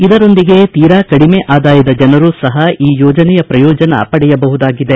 ಇದರೊಂದಿಗೆ ತೀರಾ ಕಡಿಮೆ ಆದಾಯದ ಜನರು ಸಪ ಈ ಯೋಜನೆಯ ಪ್ರಯೋಜನ ಪಡೆಯಬಹುದಾಗಿದೆ